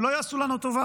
הם לא יעשו לנו טובה,